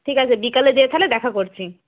ঠিক আছে বিকালে গিয়ে তাহলে দেখা করছি